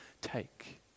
take